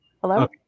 Hello